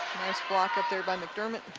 nice block up there by mcdermott